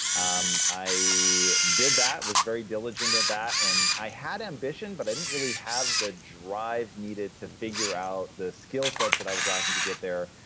um i did that was very diligent at that, and i had ambitions, but i didn't really have the drive needed to figure out the skillsets that i was lacking to get there.